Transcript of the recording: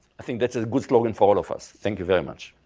i think that's a good slogan for all of us. thank you very much.